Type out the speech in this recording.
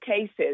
cases